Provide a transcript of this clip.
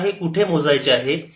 मला हे कुठे मोजायचे आहे